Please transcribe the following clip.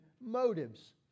motives